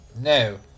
no